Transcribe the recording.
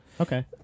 Okay